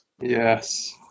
Yes